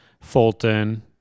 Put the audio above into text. Fulton